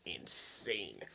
insane